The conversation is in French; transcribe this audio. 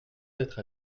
d’être